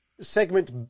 segment